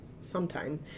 sometime